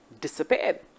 disappeared